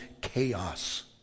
chaos